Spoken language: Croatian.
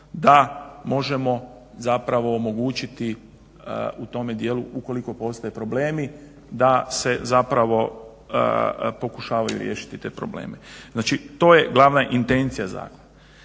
da možemo omogućiti u tome dijelu ukoliko postoje problemi da se pokušavaju riješiti te probleme. Znači to je glavna intencija zakona.